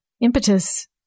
impetus